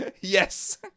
Yes